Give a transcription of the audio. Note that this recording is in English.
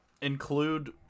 include